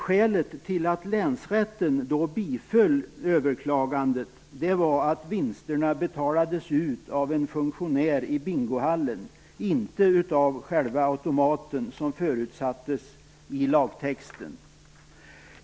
Skälet till att länsrätten då biföll överklagandet, var att vinsterna betalades ut av en funktionär i bingohallen och inte av själva automaten som förutsattes i lagtexten.